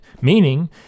Meaning